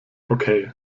okay